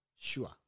sure